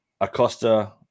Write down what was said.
Acosta